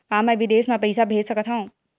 का मैं विदेश म पईसा भेज सकत हव?